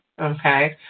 okay